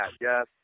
yes